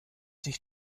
sich